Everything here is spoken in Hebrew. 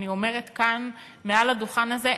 אני אומרת כאן מעל הדוכן הזה,